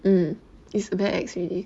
mm it's a bit greedy